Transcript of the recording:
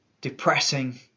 depressing